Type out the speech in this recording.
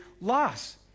loss